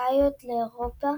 האמריקות לאירופה,